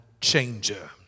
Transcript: changer